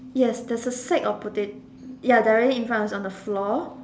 yes there's a sack of potatoes yes directly in front it's on the floor